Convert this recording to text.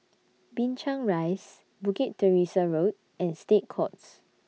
Binchang Rise Bukit Teresa Road and State Courts